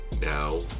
now